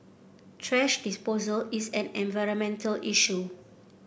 thrash disposal is an environmental issue